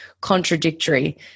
contradictory